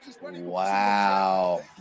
Wow